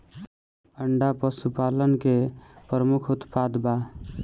अंडा पशुपालन के प्रमुख उत्पाद बा